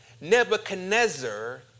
Nebuchadnezzar